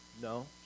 no